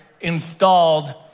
installed